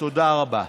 תודה רבה.